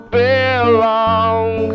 belong